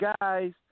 guys